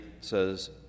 says